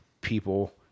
people